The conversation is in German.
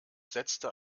setzte